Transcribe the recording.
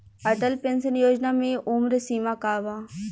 Atal pension योजना मे उम्र सीमा का बा?